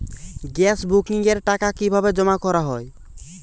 Gas বুকিংয়ের টাকা কিভাবে জমা করা হয়?